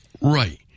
Right